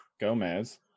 gomez